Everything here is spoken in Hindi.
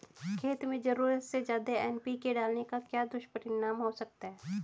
खेत में ज़रूरत से ज्यादा एन.पी.के डालने का क्या दुष्परिणाम हो सकता है?